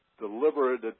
deliberate